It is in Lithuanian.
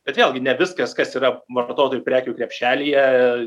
bet vėlgi ne viskas kas yra vartotojų prekių krepšelyje